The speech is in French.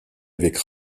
avec